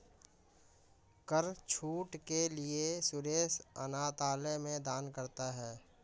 कर छूट के लिए सुरेश अनाथालय में दान करता है